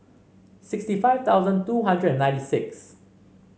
sixty five thousand two hundred and ninety six